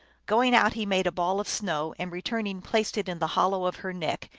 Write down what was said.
going out he made a ball of snow, and return ing placed it in the hollow of her neck,